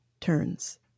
turns